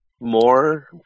more